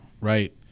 Right